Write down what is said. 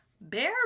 Bear